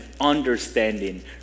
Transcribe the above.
understanding